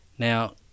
Now